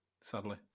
sadly